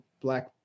black